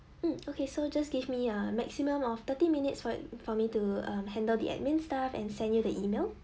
mm okay so just give me a maximum of thirty minutes for for me to um handle the admin stuff and send you the email